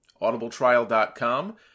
AudibleTrial.com